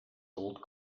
old